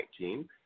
2019